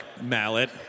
mallet